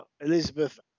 Elizabeth